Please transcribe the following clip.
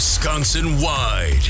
Wisconsin-wide